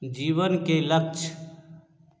जीवन के लक्ष्य